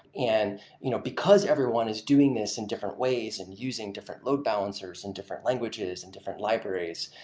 and you know because everyone is doing this in different ways, and using different load balancers, and different languages, and different libraries,